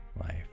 life